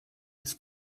des